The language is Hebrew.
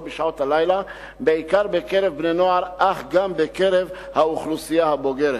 בשעות הלילה בעיקר בקרב בני-נוער אך גם בקרב האוכלוסייה הבוגרת.